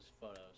photos